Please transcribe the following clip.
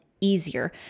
easier